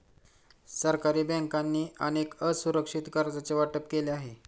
सरकारी बँकांनी अनेक असुरक्षित कर्जांचे वाटप केले आहे